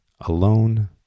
Alone